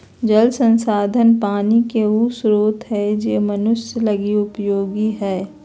जल संसाधन पानी के उ स्रोत हइ जे मनुष्य लगी उपयोगी हइ